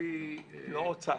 לפי סיעה?